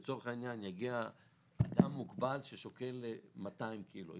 לצורך העניין יגיע אדם מוגבל ששוקל 200 קילו,